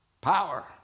Power